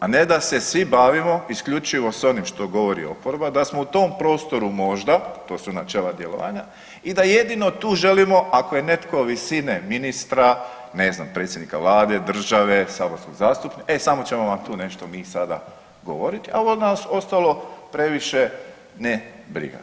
A ne da se svi bavimo isključivo s onim što govori oporba, da smo u tom prostoru možda, to su načela djelovanja i da jedino tu želimo ako je netko visine ministra, ne znam predsjednika vlade, države, saborskog zastupnika e samo ćemo vam tu nešto mi sada govoriti, a ovo nas ostalo previše ne briga.